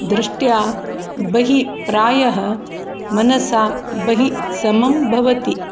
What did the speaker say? दृष्ट्या बहि प्रायः मनसा बहि समं भवति